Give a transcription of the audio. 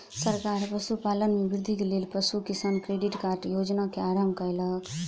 सरकार पशुपालन में वृद्धिक लेल पशु किसान क्रेडिट कार्ड योजना के आरम्भ कयलक